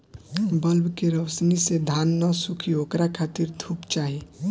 bulb के रौशनी से धान न सुखी ओकरा खातिर धूप चाही